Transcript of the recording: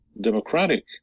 democratic